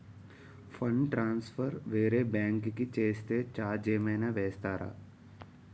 Fund transfer వేరే bank కి చేస్తే ఛార్జ్ ఏమైనా వేస్తారా?